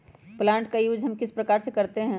Plant का use हम किस प्रकार से करते हैं?